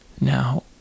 now